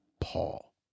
Paul